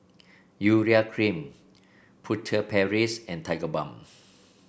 Urea Cream Furtere Paris and Tigerbalm